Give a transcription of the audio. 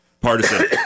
partisan